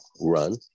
run